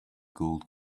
gold